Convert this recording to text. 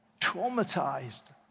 traumatized